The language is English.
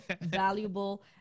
valuable